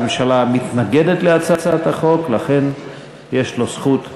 הממשלה מתנגדת להצעת החוק, ולכן יש לו זכות להשיב.